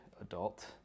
adult